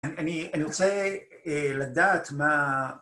אני רוצה לדעת מה